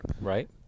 right